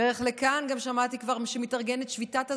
בדרך לכאן גם שמעתי כבר שמתארגנת שביתת אזהרה,